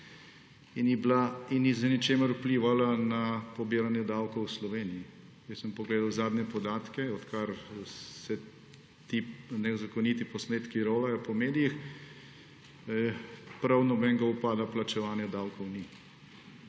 in ni z ničemer vplivala na pobiranje davkov v Sloveniji. Jaz sem pogledal zadnje podatke, od kar se ti nezakoniti posnetki rolajo po medijih, prav nobenega upada plačevanja davkov ni,